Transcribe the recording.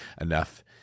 enough